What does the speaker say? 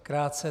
Krátce.